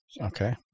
Okay